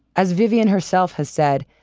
as vivienne herself has said,